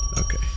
Okay